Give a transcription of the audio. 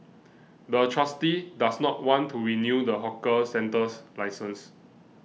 the trustee does not want to renew the hawker centre's license